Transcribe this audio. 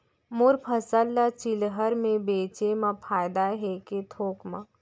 मोर फसल ल चिल्हर में बेचे म फायदा है के थोक म?